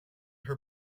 her